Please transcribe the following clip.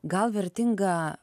gal vertinga